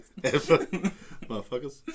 Motherfuckers